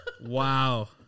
wow